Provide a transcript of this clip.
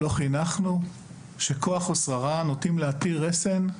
לא חינכו שכוח ושררה נוטים להטיל רסן?